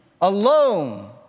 alone